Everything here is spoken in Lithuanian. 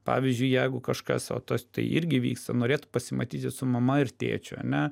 pavyzdžiui jeigu kažkas va tas tai irgi vyksta norėtų pasimatyti su mama ir tėčiu ane